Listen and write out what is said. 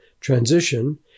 transition